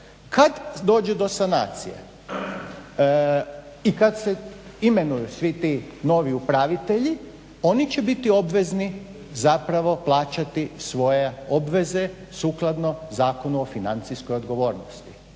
Kad dođe do sanacije i kad se imenuju svi ti novi upravitelji oni će biti obvezni zapravo plaćati svoje obveze sukladno Zakonu o financijskoj odgovornosti.